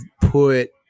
put